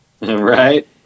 Right